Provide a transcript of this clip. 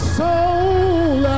soul